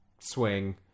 swing